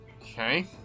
Okay